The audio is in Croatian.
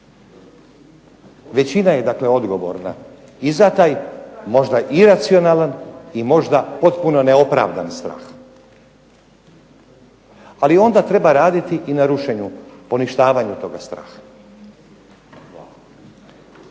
Većina je dakle odgovorna i za taj možda iracionalan i možda potpuno neopravdan strah. Ali, onda treba raditi i na rušenju, poništavanju toga straha.